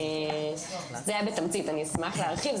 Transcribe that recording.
זה היה בתמצית, אשמח להרחיב.